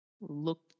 Look